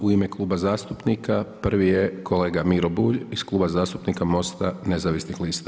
U ime kluba zastupnika prvi je kolega Miro Bulj iz Kluba zastupnika Most-a nezavisnih lista.